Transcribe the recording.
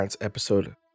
episode